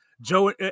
Joe